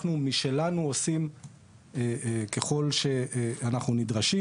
אנחנו משלנו עושים ככל שאנחנו נדרשים.